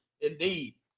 indeed